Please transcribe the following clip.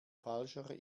falscher